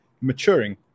maturing